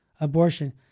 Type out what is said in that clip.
abortion